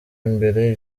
imbere